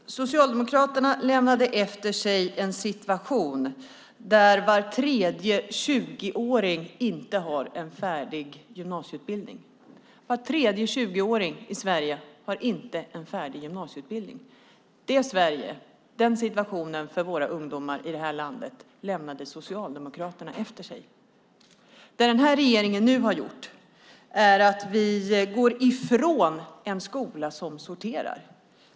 Fru talman! Socialdemokraterna lämnade efter sig en situation där var tredje 20-åring inte har en färdig gymnasieutbildning. Var tredje 20-åring i Sverige har inte en färdig gymnasieutbildning. Det Sverige, den situationen för våra ungdomar i detta land, lämnade Socialdemokraterna efter sig. Det denna regering har gjort är att gå ifrån en skola som sorterar.